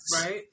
right